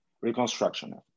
reconstruction